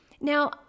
Now